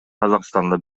казакстанда